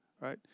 right